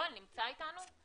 יואל נמצא אתנו?